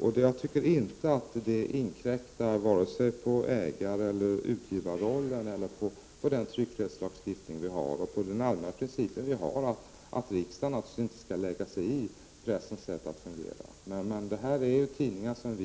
och jag tycker inte att det vare sig inkräktar på ägareller utgivarrollen eller kolliderar med tryckfrihetslagstiftningen och den allmänna princip vi har att riksdagen inte skall lägga sig i pressens sätt att fungera. Men det här är ju tidningar som